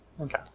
Okay